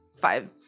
five